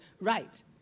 right